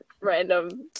random